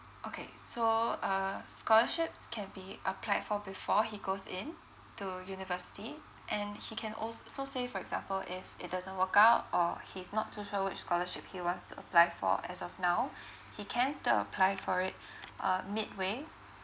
okay so uh scholarships can be applied for before he goes in to university and he can also say for example if it doesn't work out or he's not too sure which scholarship he wants to apply for as of now he can still apply for it uh midway